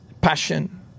passion